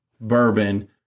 bourbon